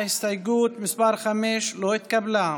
הסתייגות מס' 4 לא התקבלה.